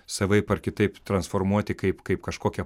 savaip ar kitaip transformuoti kaip kaip kažkokią